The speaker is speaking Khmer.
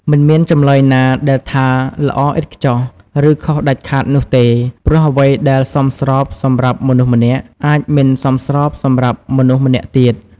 មិនមានចម្លើយណាដែលថាល្អឥតខ្ចោះ ឬខុសដាច់ខាតនោះទេ ព្រោះអ្វីដែលសមស្របសម្រាប់មនុស្សម្នាក់ អាចមិនសមស្របសម្រាប់មនុស្សម្នាក់ទៀត។